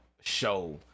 show